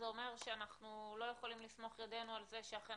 זה אומר שאנחנו לא יכולים לסמוך ידינו על זה שאכן